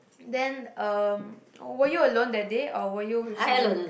then um were you alone that day or were you with someone